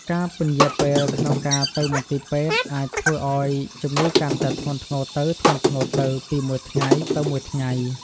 ការពន្យារពេលក្នុងការទៅមន្ទីរពេទ្យអាចធ្វើឱ្យជំងឺកាន់តែធ្ងន់ធ្ងរទៅៗពីមួយថ្ងៃទៅមួយថ្ងៃ។